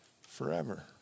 forever